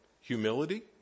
humility